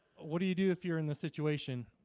what do you do if you're in the situation?